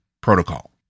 protocol